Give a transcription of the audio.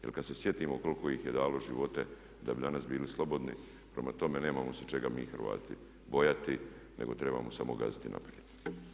Jer kad se sjetimo koliko ih je dalo živote da bi danas bili slobodni, prema tome nemamo se čega mi Hrvati bojati nego trebamo samo gaziti naprijed.